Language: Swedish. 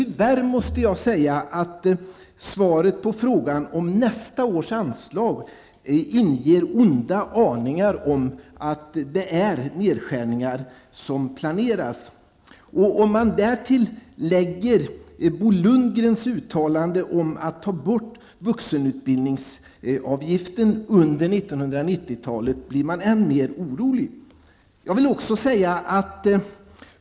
Däremot måste jag tyvärr säga att svaret på frågan om nästa års anslag inger onda aningar om att nedskärningar planeras. Om man därtill lägger Bo Lundgrens uttalande om att man skall ta bort vuxenutbildningsavgiften under 1990-talet blir man än mer orolig.